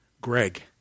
Greg